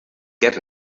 get